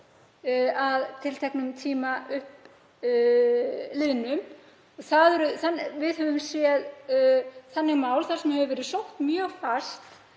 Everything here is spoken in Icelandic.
að tilteknum tíma liðnum. Við höfum séð þannig mál þar sem hefur verið sótt mjög fast,